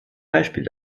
beispiel